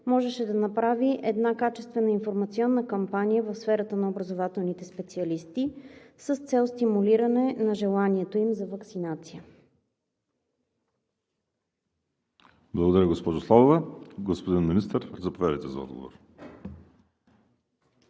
можеше да направи една качествена информационна кампания в сферата на образователните специалисти с цел стимулиране на желанието им за ваксинация? ПРЕДСЕДАТЕЛ ВАЛЕРИ СИМЕОНОВ: Благодаря, госпожо Славова. Господин Министър, заповядайте за отговор.